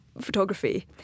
photography